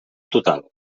total